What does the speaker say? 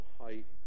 height